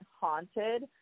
haunted